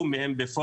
גבו בפועל,